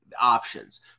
options